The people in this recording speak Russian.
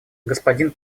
господин